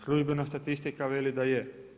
Službena statistika veli da je.